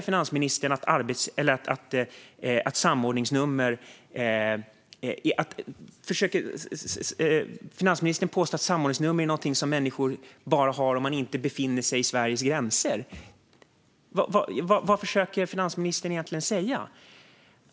Finansministern påstår att samordningsnummer är någonting som människor bara har om de inte befinner sig innanför Sveriges gränser. Vad försöker finansministern egentligen säga?